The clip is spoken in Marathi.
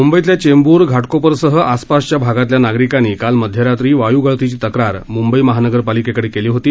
मुंबईतल्या चेंब्र घाटकोपरसह आसपासच्या भागातल्या नागरिकांनी काल मध्यरात्री गॅस गळती तक्रार मुंबई महापालिकेकडे केली होती